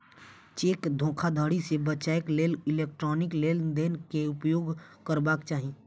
cheque धोखाधड़ी से बचैक लेल इलेक्ट्रॉनिक लेन देन के उपयोग करबाक चाही